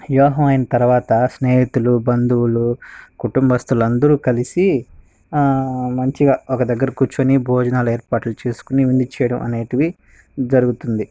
వివాహం అయిన తర్వాత స్నేహితులు బంధువులు కుటుంబస్తులు అందరూ కలిసి మంచిగా ఒక దగ్గర కూర్చొని భోజనాలు ఏర్పాట్లు చేసుకుని విందు చేయడం అనేవి జరుగుతుంది